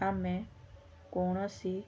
ଆମେ କୌଣସି